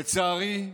לצערי,